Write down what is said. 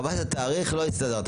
קבעת תאריך, לא הסתדרת.